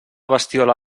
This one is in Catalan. bestiola